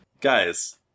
Guys